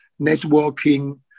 networking